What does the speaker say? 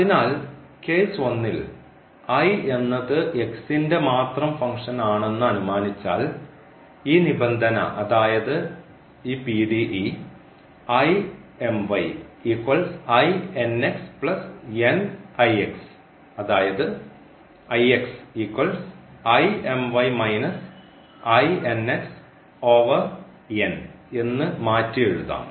അതിനാൽ കേസ് 1 ൽ എന്നത് ന്റെ മാത്രം ഫംഗ്ഷൻ ആണെന്ന് അനുമാനിച്ചാൽ ഈ നിബന്ധന അതായത് ഈ പി ഡി ഇ അതായത് എന്ന് മാറ്റി എഴുതാം